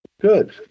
good